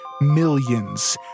millions